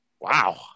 Wow